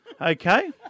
Okay